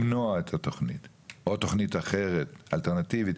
למנוע את התכנית או תכנית אחרת, אלטרנטיבית.